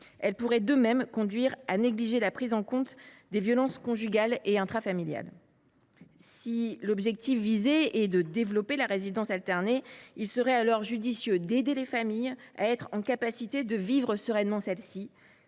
Cela pourrait aussi conduire à négliger la prise en compte des violences conjugales et intrafamiliales. Si l’objectif est de développer la résidence alternée, il serait plus judicieux d’aider les familles à vivre sereinement ce